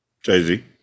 Jay-Z